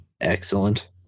Excellent